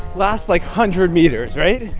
last, like, hundred meters, right?